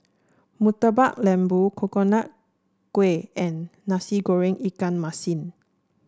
Murtabak Lembu Coconut Kuih and Nasi Goreng Ikan Masin